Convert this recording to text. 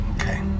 Okay